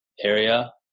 area